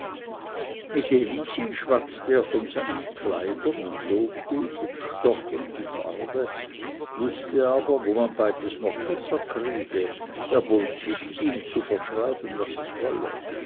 mit elisi schwatzte er von seinen kleidern und lobte ihm den stoff und die farbe wußte aber wo man beides noch besser kriege erbot sich ihm zu verschreiben was es wolle